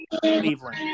Cleveland